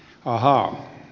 ahaa